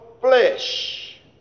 flesh